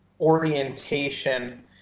orientation